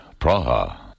Praha